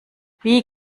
wie